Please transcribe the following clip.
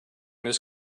this